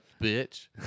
bitch